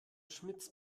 schmitz